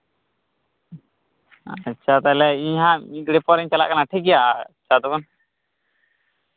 ᱟᱪᱪᱷᱟ ᱛᱟᱦᱞᱮ ᱤᱧ ᱦᱟᱸᱜ ᱢᱤᱫ ᱜᱷᱟᱹᱲᱤᱡᱽ ᱯᱚᱨᱤᱧ ᱪᱟᱞᱟᱜ ᱠᱟᱱᱟ ᱴᱷᱤᱠ ᱜᱮᱭᱟ ᱪᱟ ᱫᱚᱠᱟᱱ